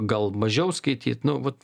gal mažiau skaityt nu vot